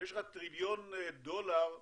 כשיש לך טריליון דולר קרן,